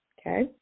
Okay